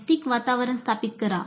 नैतिक वातावरण स्थापित करा